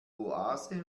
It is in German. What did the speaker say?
oase